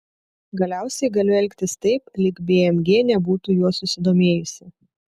galiausiai galiu elgtis taip lyg bmg nebūtų juo susidomėjusi